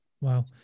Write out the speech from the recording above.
Wow